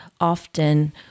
Often